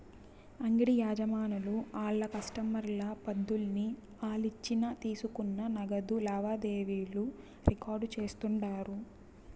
అంగిడి యజమానులు ఆళ్ల కస్టమర్ల పద్దుల్ని ఆలిచ్చిన తీసుకున్న నగదు లావాదేవీలు రికార్డు చేస్తుండారు